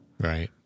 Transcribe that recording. Right